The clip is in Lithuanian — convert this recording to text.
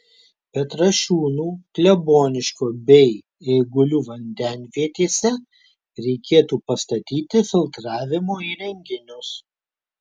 petrašiūnų kleboniškio bei eigulių vandenvietėse reikėtų pastatyti filtravimo įrenginius